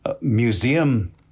museum